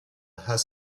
has